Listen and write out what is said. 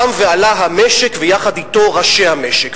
קם ועלה המשק ויחד אתו ראשי המשק,